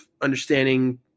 understanding